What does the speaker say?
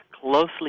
closely